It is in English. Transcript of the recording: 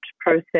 process